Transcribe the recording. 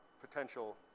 potential